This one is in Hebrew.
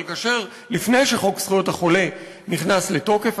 אבל לפני שחוק זכויות החולה נכנס לתוקף,